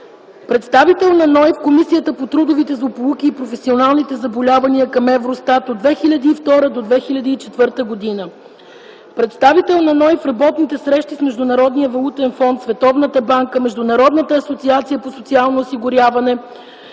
Представител на НОИ в Комисията по трудовите злополуки и професионалните заболявания към ЕВРОСТАТ от 2002 г. до 2004 г. Представител на НОИ в работните срещи с Международния валутен фонд, Световната банка, Международната асоциация по социално осигуряване,